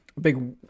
big